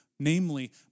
namely